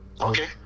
Okay